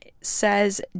says